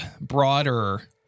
broader